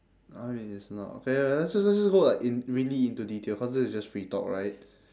I mean it's not okay okay let's let's just go like in~ really into detail cause this is just free talk right